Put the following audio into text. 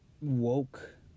woke